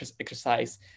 exercise